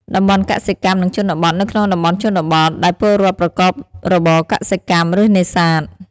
តំបន់កសិកម្ម និងជនបទ នៅក្នុងតំបន់ជនបទ ដែលពលរដ្ឋប្រកបរបរកសិកម្ម ឬនេសាទ ។